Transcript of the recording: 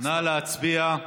נא להצביע.